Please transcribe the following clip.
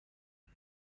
های